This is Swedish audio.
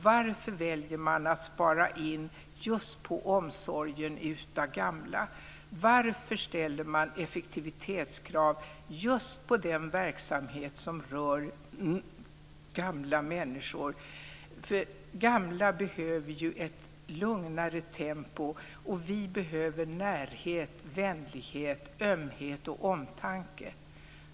Varför väljer man att spara in just på omsorgen av gamla? Varför ställer man effektivitetskrav just på den verksamhet som rör gamla människor? Gamla behöver ju ett lugnare tempo, och vi behöver närhet, vänlighet, ömhet och omtanke.